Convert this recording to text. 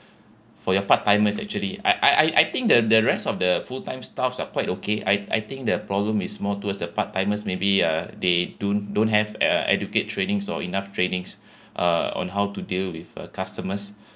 for your part timers actually I I I I think the the rest of the full time staffs are quite okay I I think the problem is more towards the part timers maybe uh they don't don't have uh educate trainings or enough trainings uh on how to deal with a customers